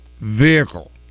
vehicle